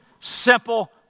simple